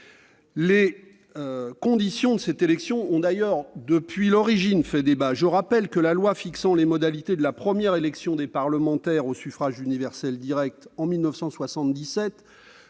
Les conditions de cette élection ont d'ailleurs, depuis l'origine, fait débat. Je rappelle que la loi fixant les modalités de la première élection des parlementaires au suffrage universel direct, en 1977,